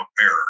error